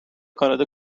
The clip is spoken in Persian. کانادا